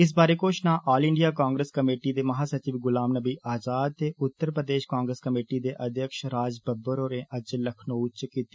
इस बारे घोश्णा आल इंडिया कांग्रेस कमेटी दे महा सचिव गुलाम नबी आज़ाद ते उत्तर प्रदेष कांग्रेस कमेटी दे अध्यक्ष राज बब्बर होरें अज्ज लखनऊ च कीती